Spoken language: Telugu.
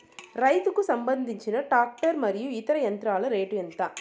రైతుకు సంబంధించిన టాక్టర్ మరియు ఇతర యంత్రాల రేటు ఎంత?